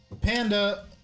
Panda